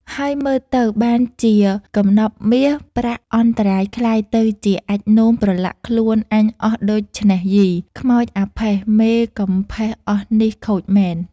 ហើយមើលទៅបានជាកំណប់មាសប្រាក់អន្តរាយក្លាយទៅជាអាចម៍នោមប្រឡាក់ខ្លួនអញអស់ដូច្នេះយី! ខ្មោចអាផេះ មេកំផេះអស់នេះខូចមែន” ។